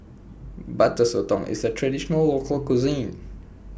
Butter Sotong IS A Traditional Local Cuisine